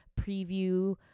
preview